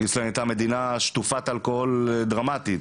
איסלנד הייתה מדינה שטופת אלכוהול בצורה דרמטית.